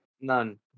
None